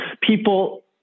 People